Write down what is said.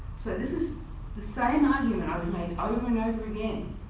so this is the same argument i've made over and over again,